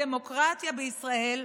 הדמוקרטיה בישראל,